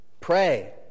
pray